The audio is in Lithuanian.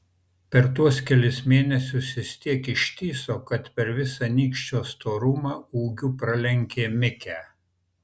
per tuos kelis mėnesius jis tiek ištįso kad per visą nykščio storumą ūgiu pralenkė mikę